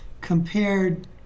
compared